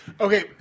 Okay